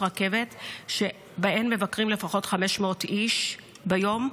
רכבת שבהן מבקרים לפחות 500 איש ביום,